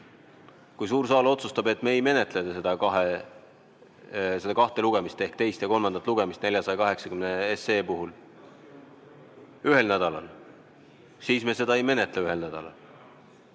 kui suur saal otsustab, et me ei tee kahte lugemist ehk teist ja kolmandat lugemist 480 SE puhul ühel nädalal, siis me ei menetle seda ühel nädalal.